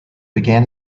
began